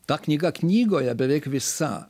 ta knyga knygoje beveik visa